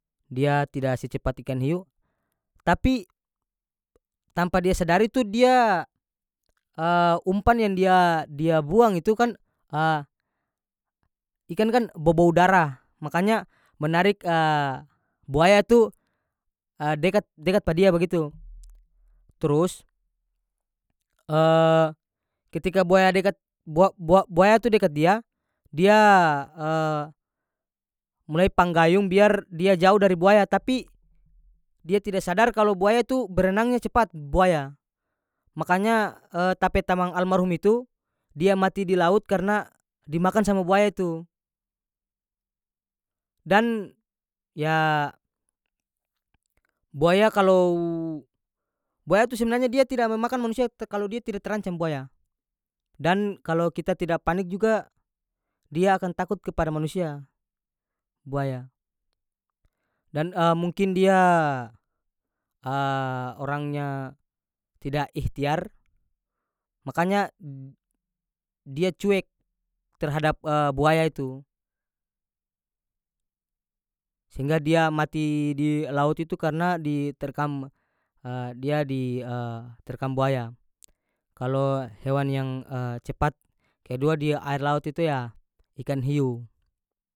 Dia tida secepat ikan hiu tapi tanpa dia sadari tu dia umpan yang dia- dia buang itu kan ikan kan bobou darah makanya menarik buaya tu dekat- dekat pa dia bagitu turus ketika buaya dekat bua bua- buaya tu dekat dia- dia mulai panggayung biar dia jauh dari buaya tapi dia tida sadar kalo buaya itu berenangnya cepat buaya makanya ta pe tamang almarhum itu dia mati di laut karena dimakan sama buaya itu dan yah buaya kalow buaya tu sebenarnya dia tidak memakan manusia te kalo dia tida terancam buaya dan kalo kita tida panik juga dia akan takut kepada manusia buaya dan mungkin dia orangnya tida ikhtiar makanya d- dia cuek terhadap buaya itu sehingga dia mati di laut itu karena di terkam dia di terkam buaya kalo hewan yang cepat kedua di air laut itu yah ikan hiu.